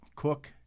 Cook